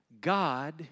God